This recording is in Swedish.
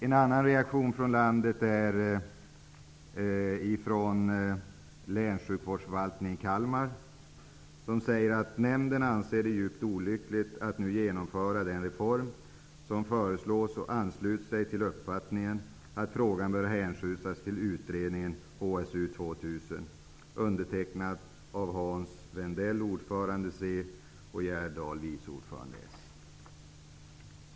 En annan reaktion från landet kom ifrån ''Nämnden anser det djupt olyckligt att nu genomföra den reform som föreslås och ansluter sig till uppfattningen att frågan bör hänskjutas till utredningen HSU 2000''. Brevet är undertecknat av Hans Wendell , ordförande, och Gerd Dahl , vice ordförande.